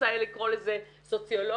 תרצה לקרוא לזה סוציולוגית,